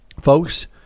Folks